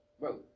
bro